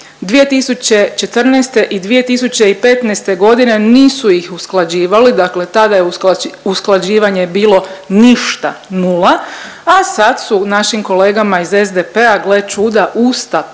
2014. i 2015. godine nisu ih usklađivali dakle tada je usklađivanje bilo ništa, nula, a sad su našim kolegama iz SDP-a gle čuda, usta